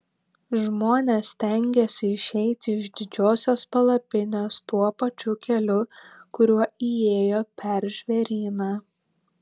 žmonės stengiasi išeiti iš didžiosios palapinės tuo pačiu keliu kuriuo įėjo per žvėryną